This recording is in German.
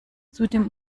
zudem